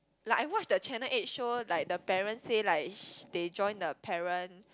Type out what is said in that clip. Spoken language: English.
like I watch the channel eight show like the parent say like sh~ they join the parent